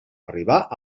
arribar